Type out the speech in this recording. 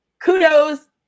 kudos